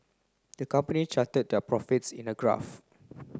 the company charted their profits in a graph